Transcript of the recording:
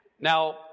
Now